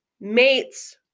mates